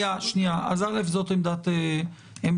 אז קודם כול זאת עמדת הממשלה.